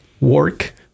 Work